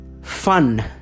fun